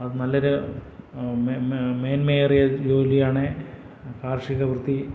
അത് നല്ലൊരു മേന്മയേറിയ ഒരു ജോലിയാണ് കാർഷികവൃത്തി